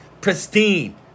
pristine